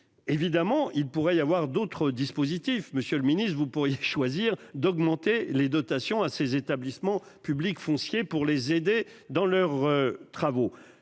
Évidemment, il pourrait y avoir d'autres dispositifs. Monsieur le Ministre, vous pourriez choisir d'augmenter les dotations à ces établissements publics fonciers pour les aider dans leurs travaux.